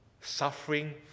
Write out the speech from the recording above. suffering